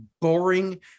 boring